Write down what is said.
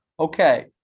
Okay